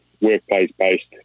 workplace-based